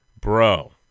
bro